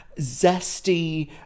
zesty